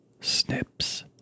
snips